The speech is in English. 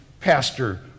Pastor